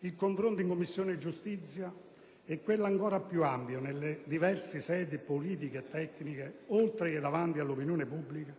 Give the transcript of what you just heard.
Il confronto in Commissione giustizia e quello, ancora più ampio, nelle diverse sedi politiche e tecniche, oltre che davanti all'opinione pubblica,